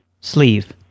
Sleeve